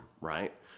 right